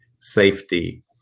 safety